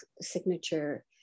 signature